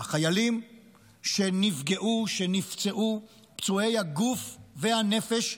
החיילים שנפגעו, שנפצעו, פצועי הגוף והנפש.